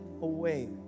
away